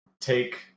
take